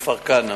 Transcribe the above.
כפר-כנא,